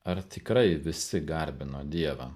ar tikrai visi garbino dievą